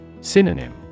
Synonym